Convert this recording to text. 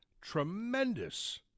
Tremendous